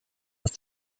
with